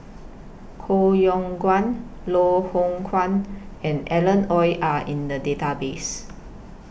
Koh Yong Guan Loh Hoong Kwan and Alan Oei Are in The Database